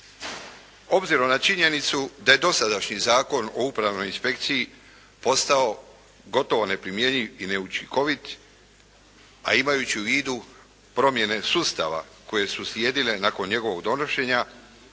Obzirom na činjenicu da je dosadašnji Zakon o upravnoj inspekciji postao gotovo neprimjenjiv i neučinkovit a imajući u vidu promjene sustava koje su slijedile nakon njegovog donošenja